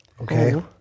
Okay